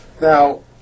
Now